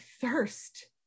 thirst